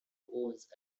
owns